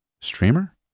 Streamer